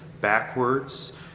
backwards